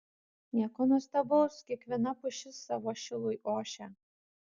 nieko nuostabaus kiekviena pušis savo šilui ošia